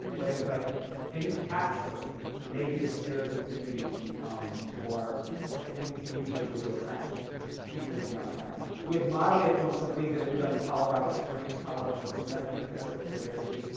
but it was like can you capture maybe the spirit of the community for, and then we can use it as a way to attract people to downtown? we had modeled it on some things that had been done in colorado springs. colorado springs has a manifesto for their city.